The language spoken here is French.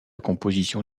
composition